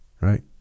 right